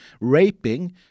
raping